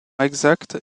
exacte